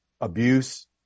abuse